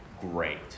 great